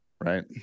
right